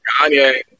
Kanye